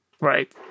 right